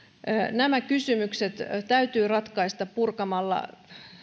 nämä kysymykset täytyy ratkaista purkamalla